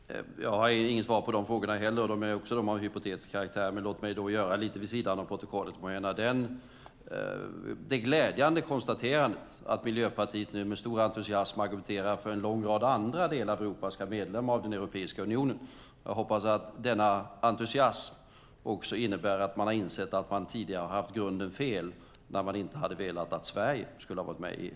Herr talman! Jag har inte heller något svar på dessa frågor, och de är också av hypotetisk karaktär. Låt mig då, måhända lite vid sidan av protokollet, göra det glädjande konstaterandet att Miljöpartiet nu med stor entusiasm argumenterar för att en lång rad andra delar av Europa ska bli medlemmar av Europeiska unionen. Jag hoppas att denna entusiasm också innebär att man har insett att man tidigare hade i grunden fel när man inte ville att Sverige skulle gå med i EU.